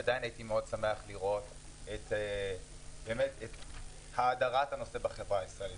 עדין הייתי מאוד שמח לראות את האדרת הנושא בחברה הישראלית.